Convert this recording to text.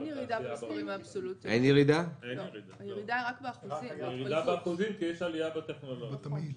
יש ירידה באחוזים כי יש עלייה בטכנולוגיה.